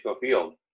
Field